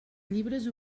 llibres